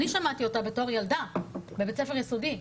אני שמעתי אותה בתור ילדה בבית ספר יסודי,